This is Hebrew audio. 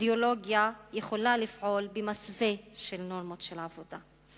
אידיאולוגיה יכולה לפעול במסווה של נורמות עבודה.